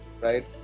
right